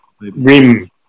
rim